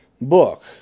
book